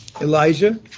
Elijah